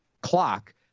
clock